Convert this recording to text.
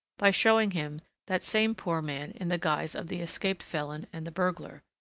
by showing him that same poor man in the guise of the escaped felon and the burglar.